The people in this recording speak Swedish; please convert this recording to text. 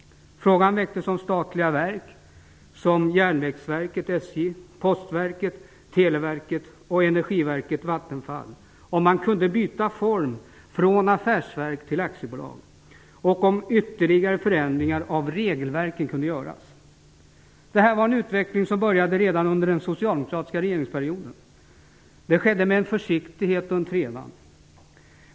Frågan väcktes om statliga verk, som t.ex. järnvägsverket SJ, Vattenfall kunde byta form från affärsverk till aktiebolag och om ytterligare förändringar av regelverken kunde göras. Detta var en utveckling som började redan under den socialdemokratiska regeringsperioden. Den skedde försiktigt och trevande.